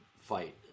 fight